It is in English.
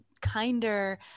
kinder